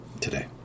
today